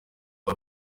rwa